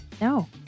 No